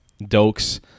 Dokes